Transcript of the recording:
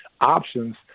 options